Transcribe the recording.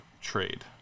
trade